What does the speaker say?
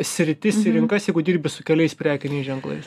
sritis rinkas jeigu dirbi su keliais prekiniais ženklais